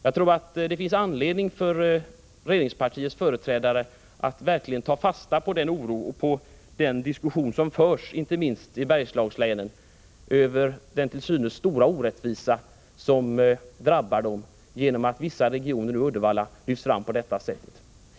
Jag tror att det finns anledning för regeringspartiets företrädare att verkligen ta fasta på den diskussion som förs, inte minst i Bergslagslänen, om den till synes stora orättvisa som drabbar dem genom att vissa andra regioner — Uddevalla — på detta sätt lyfts fram.